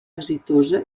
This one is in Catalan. exitosa